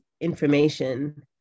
information